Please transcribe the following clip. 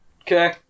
Okay